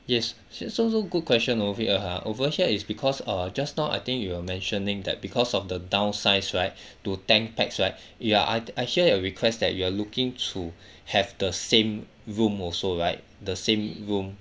yes yes so so good question over here ah over here is because uh just now I think you were mentioning that because of the downsize right to ten pax right you are I'd I hear your request that you are looking to have the same room also right the same room